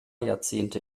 jahrzehnte